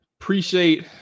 Appreciate